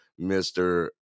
Mr